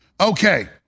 Okay